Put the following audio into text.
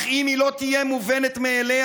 / אך אם היא לא תהיה מובנת מאליה,